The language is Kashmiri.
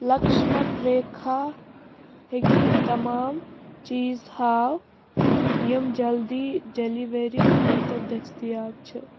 لکٕشمن ریکھا ہیٚکہِ تمام چیٖز ہاو یِم جلدی ڈیلیوری خٲطرٕ دٔستیاب چھِ